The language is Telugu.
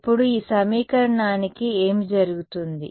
ఇప్పుడు ఈ సమీకరణానికి ఏమి జరుగుతుంది